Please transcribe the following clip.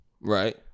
Right